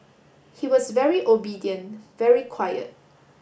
he was very obedient very quiet